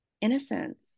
innocence